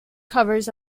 covers